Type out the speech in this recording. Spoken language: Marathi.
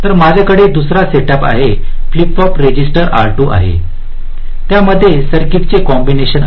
तर माझ्याकडे दुसरा सेटअप आहे फ्लिप फ्लॉप रजिस्टर R2 आहे आणि त्यामधे सर्किटचे कॉम्बिनेशन आहे